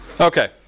Okay